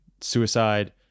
suicide